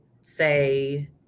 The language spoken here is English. say